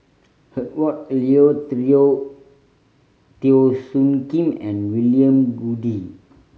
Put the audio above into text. Herbert Eleuterio Teo Soon Kim and William Goode